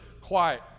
quiet